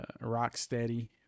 Rocksteady